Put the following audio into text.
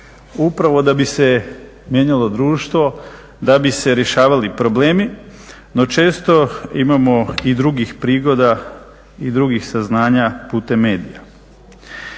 upravo da bi se mijenjalo društvo, da bi se rješavali problemi, no često imamo i drugih prigoda i drugih saznanja putem medija.